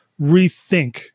rethink